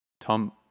Tom